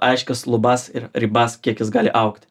aiškias lubas ir ribas kiek jis gali augti